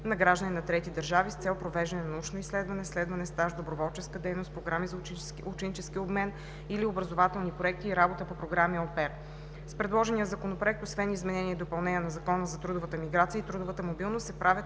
на граждани на трети държави с цел провеждане на научно изследване, следване, стаж, доброволческа дейност, програми за ученически обмен или образователни проекти и работа по програми „au pair“. С предложения Законопроект, освен изменения и допълнения на Закона за трудовата миграция и трудовата мобилност, се правят